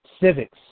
civics